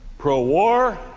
pro-war,